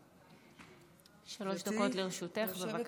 שלוש דקות לרשותך, בבקשה.